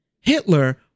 Hitler